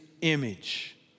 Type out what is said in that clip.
image